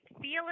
feel